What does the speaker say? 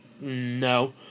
No